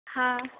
हाँ